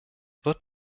wird